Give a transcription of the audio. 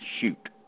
shoot